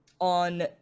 on